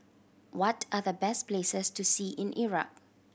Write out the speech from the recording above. what are the best places to see in Iraq